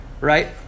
right